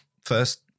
first